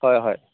হয় হয়